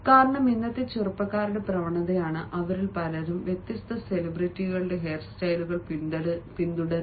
കാരണം ഇന്നത്തെ ചെറുപ്പക്കാരുടെ പ്രവണതയാണ് അവരിൽ പലരും വ്യത്യസ്ത സെലിബ്രിറ്റികളുടെ ഹെയർസ്റ്റൈലുകൾ പിന്തുടരുന്നത്